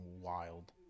wild